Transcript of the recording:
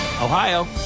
Ohio